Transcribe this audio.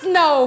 no